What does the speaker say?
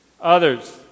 Others